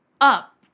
up